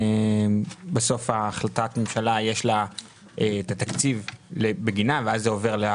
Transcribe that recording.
בסוף להחלטת ממשלה יש תקציב ואז זה עובר.